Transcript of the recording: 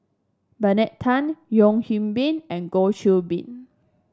Bernard Tan Yeo Hwee Bin and Goh Qiu Bin